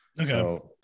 Okay